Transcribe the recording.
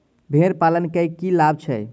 भेड़ पालन केँ की लाभ छै?